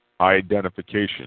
identification